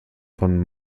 von